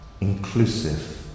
inclusive